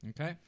okay